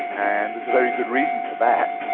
and there's a very good reason for that.